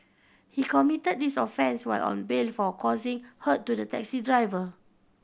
he committed this offence while on bail for causing hurt to the taxi driver